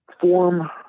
form